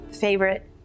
favorite